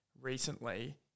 recently –